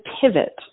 pivot